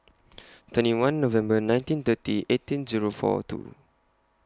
twenty one November nineteen thirty eighteen Zero four two